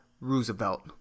Roosevelt